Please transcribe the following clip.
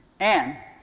and